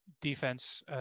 defense